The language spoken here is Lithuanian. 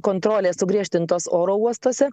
kontrolės sugriežtintos oro uostuose